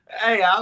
Hey